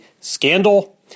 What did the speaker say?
scandal